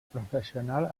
professional